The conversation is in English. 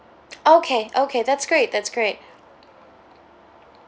okay okay that's great that's great